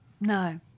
No